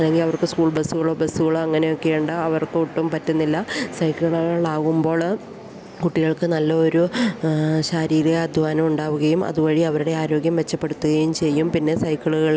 അല്ലെങ്കിൽ അവർക്ക് സ്കൂൾ ബസുകളോ ബസുകളോ അങ്ങനെയൊക്കെയുണ്ട് അവർക്കൊട്ടും പറ്റുന്നില്ല സൈക്കിളുകളാവുമ്പോള് കുട്ടികൾക്കു നല്ല ഒരു ശാരീരിക അധ്വാനം ഉണ്ടാവുകയും അതുവഴി അവരുടെ ആരോഗ്യം മെച്ചപ്പെടുത്തുകയും ചെയ്യും പിന്നെ സൈക്കിളുകളിലൂടെ